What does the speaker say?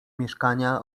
mieszkania